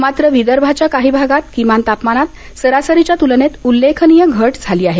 मात्र विदर्भाच्या काही भागात किमान तापमानात सरासरीच्या तुलनेत उल्लेखनीय घट झाली आहे